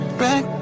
back